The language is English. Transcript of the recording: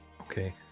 okay